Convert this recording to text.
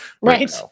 right